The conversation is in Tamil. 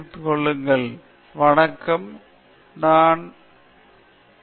பேராசிரியர் பிரதாப் ஹரிதாஸ் சரி நீ எது வெற்றி என்பதை மறந்துவிட்டாய்